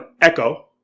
Echo